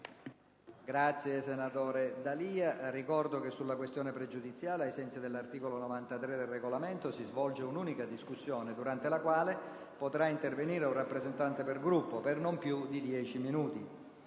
finestra"). Ricordo che sulla questione pregiudiziale, ai sensi dell'articolo 93 del Regolamento, si svolge un'unica discussione, durante la quale potrà intervenire un rappresentante per Gruppo, per non più di dieci minuti.